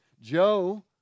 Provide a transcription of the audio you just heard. Joe